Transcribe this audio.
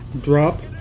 Drop